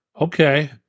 okay